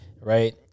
right